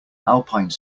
alpine